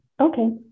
Okay